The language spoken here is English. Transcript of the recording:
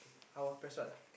how ah press what ah